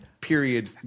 Period